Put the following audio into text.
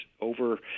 over